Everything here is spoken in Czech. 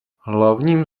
hlavním